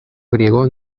griego